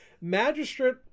magistrate